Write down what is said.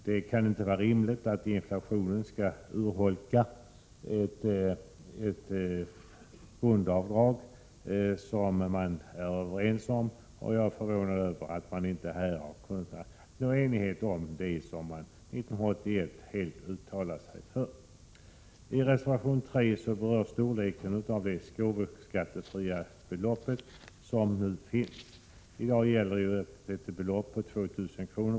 Det kan inte vara rimligt att inflationen skall urholka ett grundavdrag som man är överens om. Jag är förvånad över att man inte har kunnat nå enighet om ett förslag som man 1981 uttalade sig till förmån för. I reservation 3 berörs storleken av de gåvoskattefria beloppen. I dag gäller att belopp på 2 000 kr.